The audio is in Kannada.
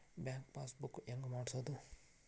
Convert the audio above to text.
ಬ್ಯಾಂಕ್ ಪಾಸ್ ಬುಕ್ ಹೆಂಗ್ ಮಾಡ್ಸೋದು?